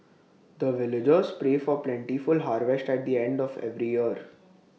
the villagers pray for plentiful harvest at the end of every year